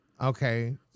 Okay